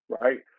Right